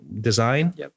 design